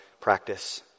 practice